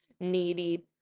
needy